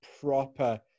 proper